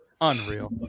unreal